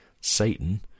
Satan